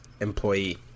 employee